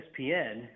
ESPN